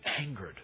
angered